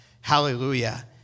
hallelujah